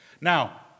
Now